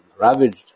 ravaged